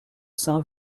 saint